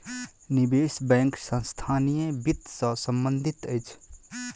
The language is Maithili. निवेश बैंक संस्थानीय वित्त सॅ संबंधित अछि